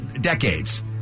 decades